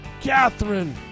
Catherine